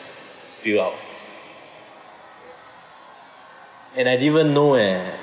spilled out and I didn't know eh